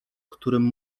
którym